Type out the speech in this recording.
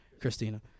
Christina